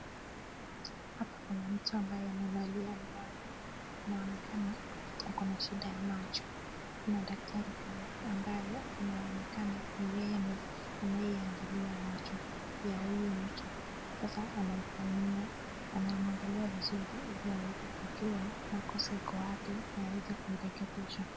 Hapa kuna mtu ambaye amevalia miwani, inaonekana ako na shida ya macho. Kuna daktari pia ambaye anaonekana ni yeye anayeangalia macho ya huyu mtu, sasa anamfanyia, anamwangalia vizuri ili aweze kujua makosa iko wapi na aweze kuirekebisha.